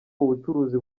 ubucuruzi